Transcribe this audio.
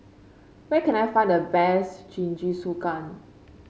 where can I find the best Jingisukan